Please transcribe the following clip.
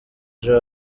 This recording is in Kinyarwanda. ejo